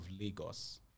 lagos